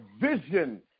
vision